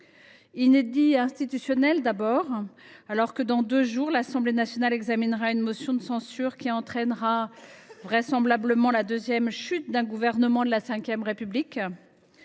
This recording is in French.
Inédit institutionnel d’abord, alors que dans deux jours, l’Assemblée nationale examinera une motion de censure qui entraînera vraisemblablement, pour la deuxième fois sous la V République,